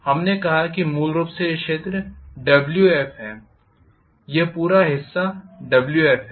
हमने कहा कि मूल रूप से यह हिस्साWf है यह पूरा हिस्सा Wf है